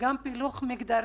כל אנשים העסקים,